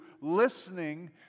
listening